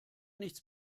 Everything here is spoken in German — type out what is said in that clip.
nichts